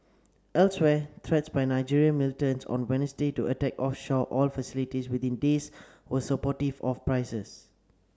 elsewhere threats by Nigerian militants on Wednesday to attack offshore oil facilities within days were supportive of prices